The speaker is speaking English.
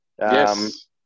Yes